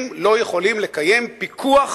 הם לא יכולים לקיים פיקוח